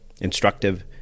instructive